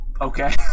okay